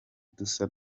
dusa